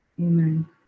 Amen